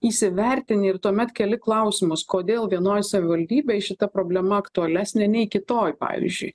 įsivertini ir tuomet keli klausimus kodėl vienoj savivaldybėj šita problema aktualesnė nei kitoj pavyzdžiui